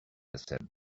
said